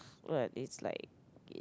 but it's like